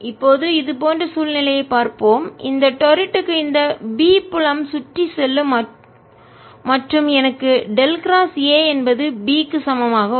இப்போது இதுபோன்ற சூழ்நிலையைப் பார்ப்போம் இந்த டொரிட் க்கு இந்த பி புலம் சுற்றிச் செல்லும் மற்றும் எனக்கு டெல் கிராஸ் A என்பது B க்கு சமம் ஆக உள்ளது